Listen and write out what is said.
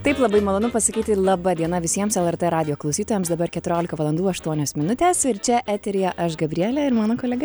taip labai malonu pasakyti laba diena visiems lrt radijo klausytojams dabar keturiolika valandų aštuonios minutės ir čia eteryje aš gabrielė ir mano kolega